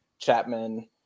Chapman